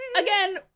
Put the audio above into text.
again